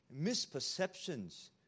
misperceptions